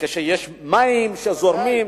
כשיש מים שזורמים,